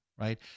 right